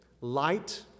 light